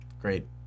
Great